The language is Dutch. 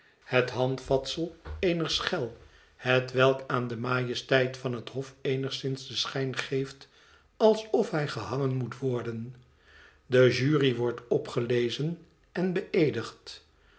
het handvatsel eener schel hetwelk aan de majesteit van het hof eenigszins den schijn geeft alsof hij gehangen moet worden de jury wordt opgelezen en beëedigd